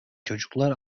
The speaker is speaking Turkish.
çocuklar